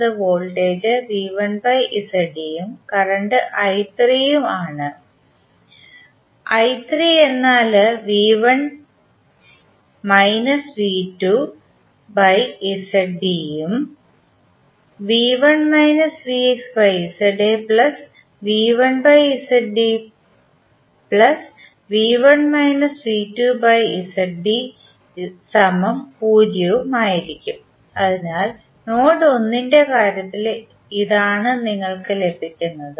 എന്നത് വോൾട്ടേജ് ഉം കറണ്ട് ഉം ആണ് ഉം ഉം ഉം ആയിരിക്കും അതിനാൽ നോഡ് 1 ന്റെ കാര്യത്തിൽ ഇഇതാണ് നിങ്ങൾക് ലഭിക്കുന്നത്